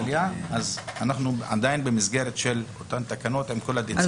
אנחנו עדיין במסגרת של אותן תקנות --- זה